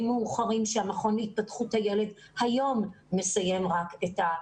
מאוחרים שהמכון להתפתחות הילד היום מסיים אותם.